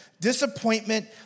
Disappointment